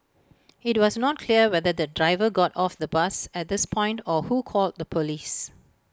IT was not clear whether the driver got off the bus at this point or who called the Police